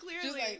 clearly